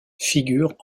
figurent